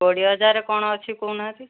କୋଡ଼ିଏ ହଜାର କ'ଣ ଅଛି କହୁନାହାଁନ୍ତି